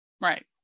right